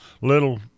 little